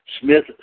Smith